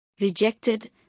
Rejected